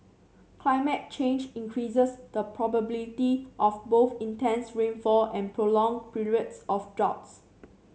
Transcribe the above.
climate change increases the probability of both intense rainfall and prolonged periods of droughts